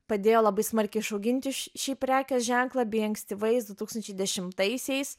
padėjo labai smarkiai išauginti š šį prekės ženklą bei ankstyvais du tūkstančiai dešimtaisiais